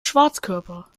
schwarzkörper